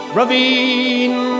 ravine